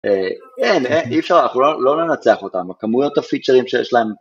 אין אי אפשר אנחנו לא ננצח אותם הכמויות הפיצ'רים שיש להם